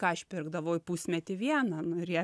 ką aš pirkdavau į pusmetį vieną nu ir ją